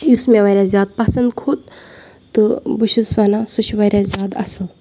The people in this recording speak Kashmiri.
یُس مےٚ واریاہ زیادٕ پَسںٛد کھوٚت تہٕ بہٕ چھُس وَنان سُہ چھِ واریاہ زیادٕ اَصٕل